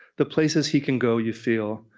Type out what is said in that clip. the places he can go, you feel,